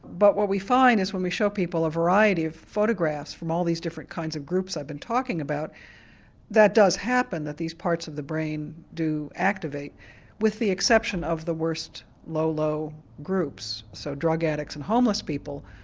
but what we find is when we show people a variety of photographs from all these different kinds of groups i've been talking about that does happen, that these parts of the brain do activate with the exception of the worst low, low groups. so drug addicts and homeless people,